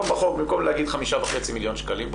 במקום להגיד 5.5 מיליון שקלים,